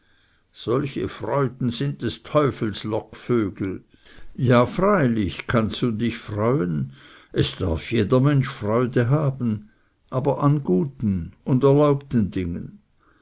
solche freuden sind des teufels lockvögel ja freilich kannst du dich freuen es darf jeder mensch freude haben aber an guten und erlaubten dingen